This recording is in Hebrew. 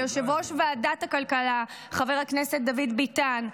ליושב-ראש ועדת הכלכלה חבר הכנסת דוד ביתן,